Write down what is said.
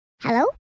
Hello